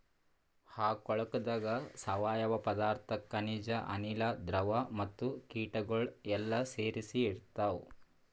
ಆ ಕೊಳುಕದಾಗ್ ಸಾವಯವ ಪದಾರ್ಥ, ಖನಿಜ, ಅನಿಲ, ದ್ರವ ಮತ್ತ ಕೀಟಗೊಳ್ ಎಲ್ಲಾ ಸೇರಿಸಿ ಇರ್ತಾವ್